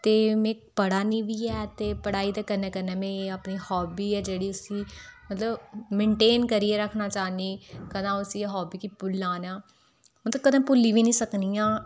ते मी पढ़ै निं बी आं ते पढ़ाई दे कन्नै कन्नै में अपनी हाब्बी ऐ जेह्ड़ी उसी मतलब मेनटेन करियै रक्खना चाह्न्नी जे अपनी हाब्बी गी कदें अऊं इस हाब्बी गी भुल्लां निं मतलब कदें भुल्ली बी नेई सकनी आं